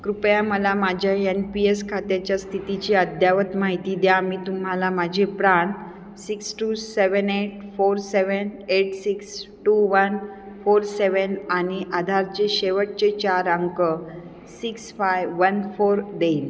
कृपया मला माझ्या येन पी एस खात्याच्या स्थितीची अद्ययावत माहिती द्या मी तुम्हाला माझे PRAN six two seven eight four seven eight six two one four seven आणि आधारचे शेवटचे चार अंक सिक्स फाय वन फोर देईन